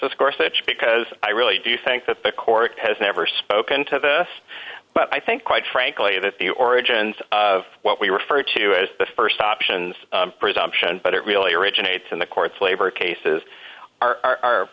gorsuch because i really do think that the court has never spoken to this but i think quite frankly that the origins of what we refer to as the st options presumption but it really originates in the courts labor cases are